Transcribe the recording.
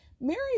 Mary